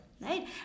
right